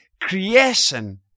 Creation